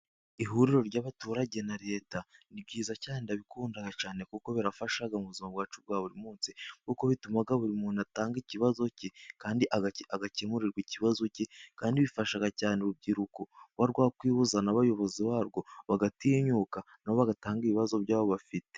Ihuriro ry'abaturage na leta ni ryiza cyane ndabikundaga cyane, kuko birafasha mu buzima bwacu bwa buri munsi. Kuko bituma buri muntu atanga ikibazo cye, kandi agakemurirwa ikibazo cye, kandi bifasha cyane urubyiruko rukaba rwakwihuza n'abayobozi barwo, bagatinyuka nabo bagatanga ibibazo byabo bafite.